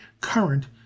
current